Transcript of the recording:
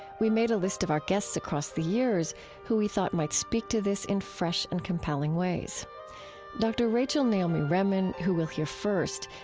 we made a list of our guests across the years who we thought might speak to this in fresh and compelling ways dr. rachel naomi remen, who we'll hear first,